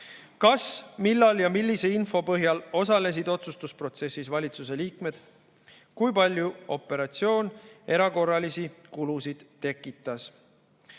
kas, millal ja millise info põhjal osalesid otsustusprotsessis valitsuse liikmed; kui palju operatsioon erakorralisi kulusid tekitas.2)